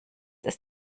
ist